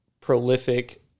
prolific